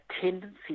tendency